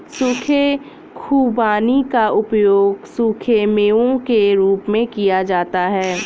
सूखे खुबानी का उपयोग सूखे मेवों के रूप में किया जाता है